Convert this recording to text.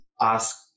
ask